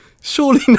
surely